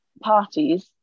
parties